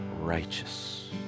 righteous